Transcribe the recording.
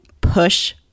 push